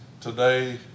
today